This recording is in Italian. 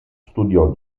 studiò